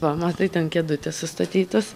va matai ten kėdutės sustatytos